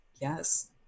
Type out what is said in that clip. yes